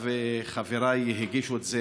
השבוע חבריי הגישו את זה,